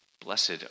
Blessed